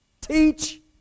Teach